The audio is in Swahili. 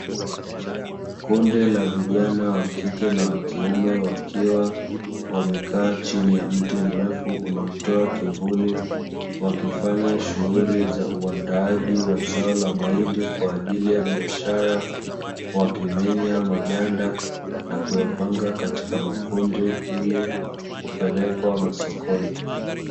Kundi la vijana wakike na wakiume, wakiwa wamekaa chini ya mti mrefu unaotoa kivuli, wakifanya shughuli za uandaaji wa zao la mahindi kwa ajili ya biashara, wakimenya maganda na kuyapanga katika makundi ili kupelekwa masokoni.